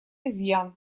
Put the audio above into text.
изъян